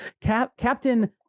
Captain